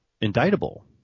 indictable